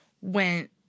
went